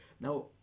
Now